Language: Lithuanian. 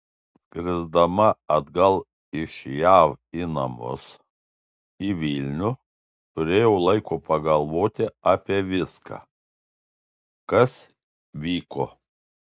skrisdama atgal iš jav į namus į vilnių turėjau laiko pagalvoti apie viską kas vyko